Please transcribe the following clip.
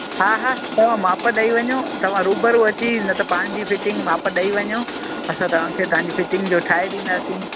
हा हा तव्हां माप ॾेई वञो तव्हां रुबरू अची न त पंहिंजी फिटिंग माप ॾेई वञो असां तव्हांखे तव्हांजी फिटिंग जो ठाहे ॾींदासीं